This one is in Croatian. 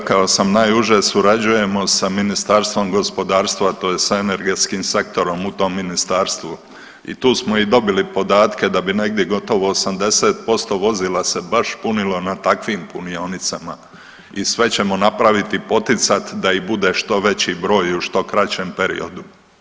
Pa rekao sam najuže surađujemo sa Ministarstvom gospodarstvo tj. sa energetskim sektorom u tom ministarstvu i tu smo i dobili podatke da bi negdje gotovo 80% vozila se baš punilo na takvim punionicama i sve ćemo napravit i poticat da ih bude što veći broj u što kraćem periodu.